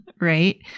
right